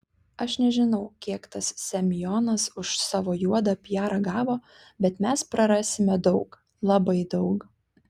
aš nežinau kiek tas semionas už savo juodą piarą gavo bet mes prarasime daug labai daug